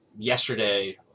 yesterday